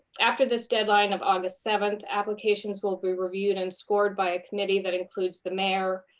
after this deadline of august seventh, applications will be reviewed and scored by a committee that includes the mayor,